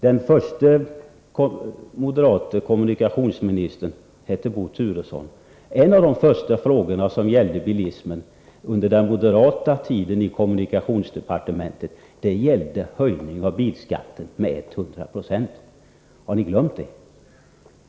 Den förste moderate kommunikationsministern hette Bo Turesson. En av de första frågor som gällde bilismen under den moderata tiden i kommunikationsdepartementet gällde en höjning av bilskatten med 100 26. Har ni glömt det?